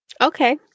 Okay